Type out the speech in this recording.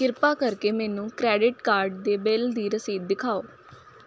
ਕਿਰਪਾ ਕਰਕੇ ਮੈਨੂੰ ਕਰੇਡਿਟ ਕਾਰਡ ਦੇ ਬਿੱਲ ਦੀ ਰਸੀਦ ਦਿਖਾਓ